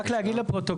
רק להגיד לפרוטוקול,